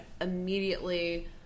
immediately